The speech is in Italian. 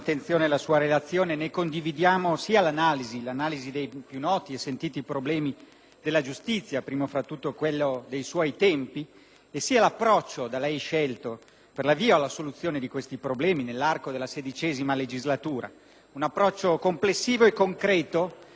della giustizia, primo fra tutti quello dei suoi tempi, sia l'approccio da lei scelto per l'avvio alla soluzione di questi problemi nell'arco della XVI legislatura, un approccio complessivo e concreto e che non promette nessuna ricetta miracolosa, d'altronde inesistente in questo delicato settore.